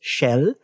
Shell